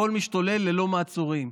הכול משתולל ללא מעצורים.